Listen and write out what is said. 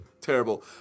Terrible